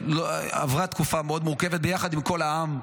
שעברה תקופה מאד מורכבת ביחד עם כל העם,